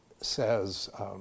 says